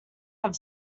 have